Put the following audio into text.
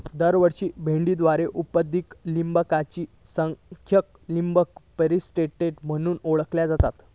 दरवर्षी भेंडीद्वारे उत्पादित लँबिंगच्या संख्येक लँबिंग पर्सेंटेज म्हणून ओळखला जाता